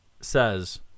says